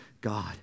God